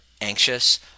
anxious